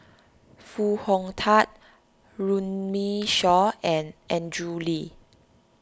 Foo Hong Tatt Runme Shaw and Andrew Lee